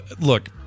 Look